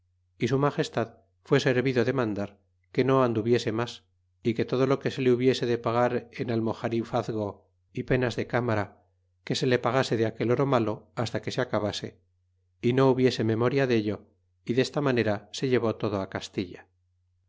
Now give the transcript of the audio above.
y su magestad fue servido de mandar que no anduviese mas é que todo lo que se le hubiese de pagar en almoxarifazgo y penas de cámara que se le pagase de aquel oro malo basta que se acabase y no hubiese memoria del'o y desta manera se llevó todo á castilla